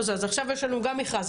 עכשיו יש לנו גם מכרז,